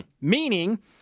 Meaning